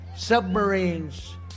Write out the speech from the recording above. Submarines